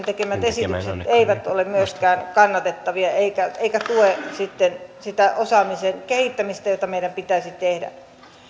tekemät esitykset eivät myöskään ole kannatettavia eivätkä eivätkä tue sitä osaamisen kehittämistä jota meidän pitäisi tehdä